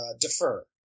defer